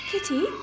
Kitty